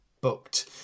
booked